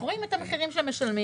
אנחנו רואים את המחירים שהם משלמים.